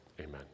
Amen